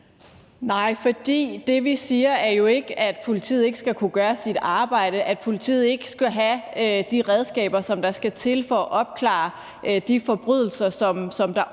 Nej, for det, vi siger, er jo ikke, at politiet ikke skal kunne gøre sit arbejde, og at politiet ikke skal have de redskaber, som der skal til, for at opklare de forbrydelser, som der